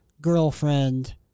girlfriend